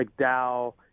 McDowell